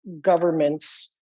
governments